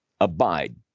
abide